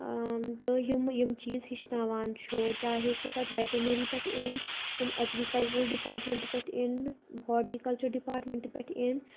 تہٕ یِمہٕ یِم چیٖز ہیٚچھناوان چھُ چاہے سُہ پَتہٕ وٮ۪ٹنٔری پٮ۪ٹھ اِن تِم اٮ۪گرِکَلچرَل ڈِپارٹمنٹہٕ پٮ۪ٹھ اِن ہاٹیکَلچَر ڈِپارٹمنٹہٕ پٮ۪ٹھ اِن